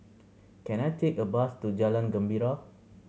can I take a bus to Jalan Gembira